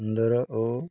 ସୁନ୍ଦର ଓ